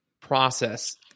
process